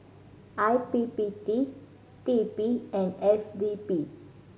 I P P T T P and S D P